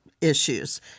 issues